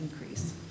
increase